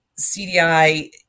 cdi